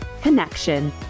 connection